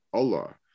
Allah